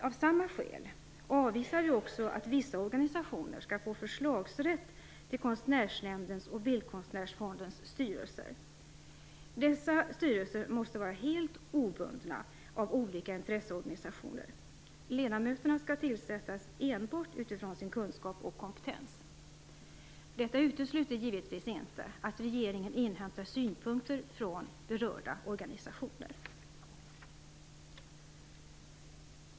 Av samma skäl avvisar vi också att vissa organisationer skall få förslagsrätt till Konstnärsnämndens och Bildkonstnärsfondens styrelser. Dessa styrelser måste vara helt obundna av olika intresseorganisationer. Ledamöterna skall tillsättas enbart utifrån sina kunskaper och sin kompetens. Detta utesluter givetvis inte att regeringen inhämtar synpunkter från berörda organisationer.